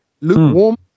lukewarm